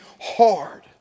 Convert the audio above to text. hard